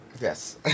Yes